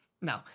No